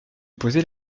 poser